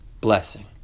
blessing